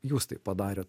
jūs tai padarė